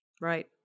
Right